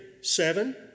Seven